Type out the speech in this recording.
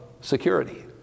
security